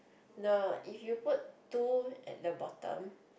no if you put two at the bottom